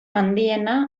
handiena